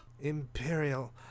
imperial